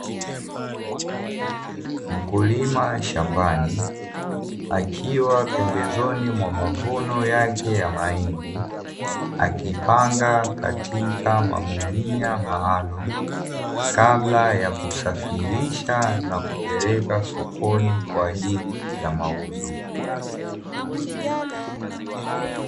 Mkulima shambani akiwa pembezoni mwa mavuno yake ya mahindi, akipanga katika magunia maalumu kabla ya kusafirisha na kupeleka sokoni kwajili ya mauzo.